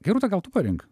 gerūta gal tu parink